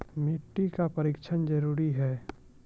मिट्टी का परिक्षण जरुरी है?